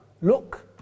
look